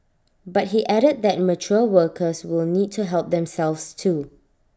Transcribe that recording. but he added that mature workers will need to help themselves too